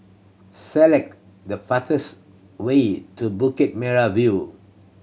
select the fastest way to Bukit Merah View